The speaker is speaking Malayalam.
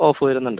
ഓഫറ് വരുന്നുണ്ട്